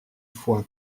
foi